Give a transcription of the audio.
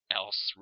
else